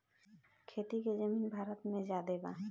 खेती के जमीन भारत मे ज्यादे बा